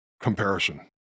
comparison